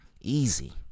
Easy